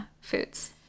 foods